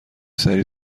سریع